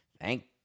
Thank